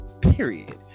Period